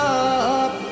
up